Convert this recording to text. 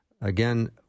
Again